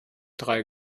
drei